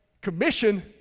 commission